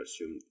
assume